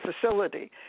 facility